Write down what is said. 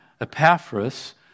Epaphras